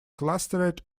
clustered